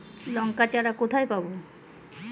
লঙ্কার চারা কোথায় পাবো?